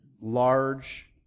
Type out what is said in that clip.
large